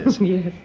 Yes